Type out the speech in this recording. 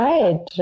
Right